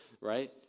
Right